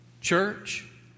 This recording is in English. Church